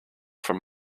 from